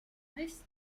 hästi